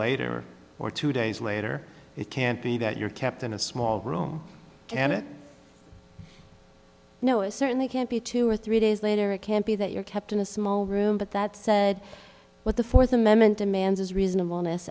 later or two days later it can't be that you're kept in a small room and it no it certainly can't be two or three days later it can't be that you're kept in a small room but that said what the fourth amendment demands is reasonable